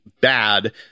bad